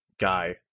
guy